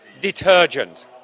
detergent